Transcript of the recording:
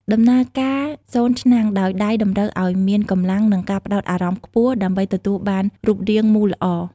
ដំណើរការ សូនឆ្នាំង ដោយដៃតម្រូវឱ្យមានកម្លាំង និងការផ្តោតអារម្មណ៍ខ្ពស់ដើម្បីទទួលបានរូបរាងមូលល្អ។